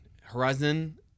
Horizon